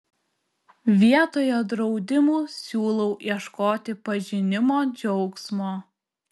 vietoje draudimų siūlau ieškoti pažinimo džiaugsmo